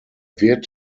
wird